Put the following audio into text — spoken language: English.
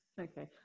Okay